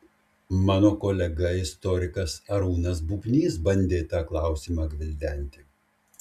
mano kolega istorikas arūnas bubnys bandė tą klausimą gvildenti